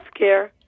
healthcare